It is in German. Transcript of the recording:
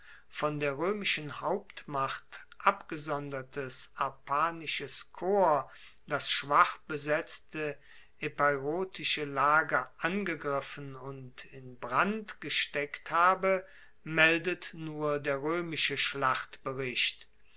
von der roemischen hauptmacht abgesondertes arpanisches korps das schwach besetzte epeirotische lager angegriffen und in brand gesteckt habe meldet nur der roemische